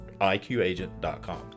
iqagent.com